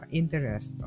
interest